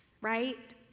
right